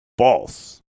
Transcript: false